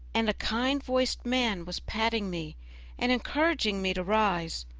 and a kind-voiced man was patting me and encouraging me to rise.